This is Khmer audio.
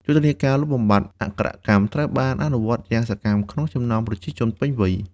យុទ្ធនាការលុបបំបាត់អក្ខរកម្មត្រូវបានអនុវត្តយ៉ាងសកម្មក្នុងចំណោមប្រជាជនពេញវ័យ។